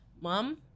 Mom